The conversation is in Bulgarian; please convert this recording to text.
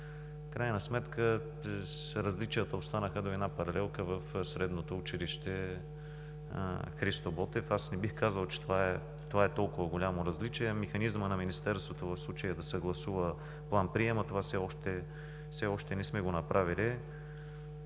крайна сметка различията останаха до една паралелка в Средно училище „Христо Ботев“. Не бих казал, че това е толкова голямо различие. Механизмът на Министерството в случая е да съгласува план-приема. Това все още не сме го направили.